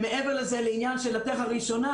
לשאלתך הראשונה,